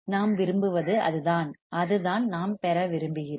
நாம் விரும்புவது அதுதான் அதுதான் நாம் விரும்புகிறோம்